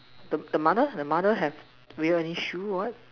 the the mother the mother have wearing any shoe one